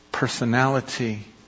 Personality